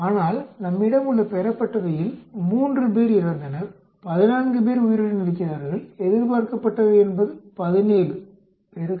ஆனால் நம்மிடம் உள்ள பெறப்பட்டவையில் 3 பேர் இறந்தனர் 14 பேர் உயிருடன் இருக்கிறார்கள் எதிர்பார்க்கப்பட்டவை என்பது 17 0